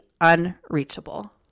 unreachable